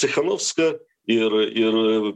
cichanovskają ir ir